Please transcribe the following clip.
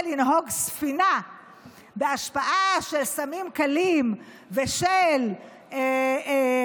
לנהוג בספינה בהשפעה של סמים קלים ושל שכרות,